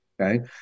okay